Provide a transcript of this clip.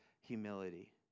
humility